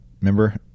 Remember